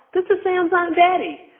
this is sam's aunt betty.